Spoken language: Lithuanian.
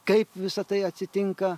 kaip visa tai atsitinka